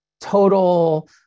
total